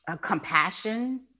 compassion